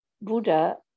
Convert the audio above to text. Buddha